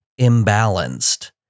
imbalanced